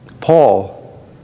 Paul